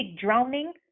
drowning